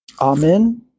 Amen